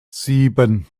sieben